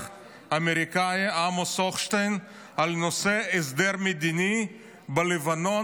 האמריקאי עמוס הוכשטיין על נושא ההסדר המדיני בלבנון,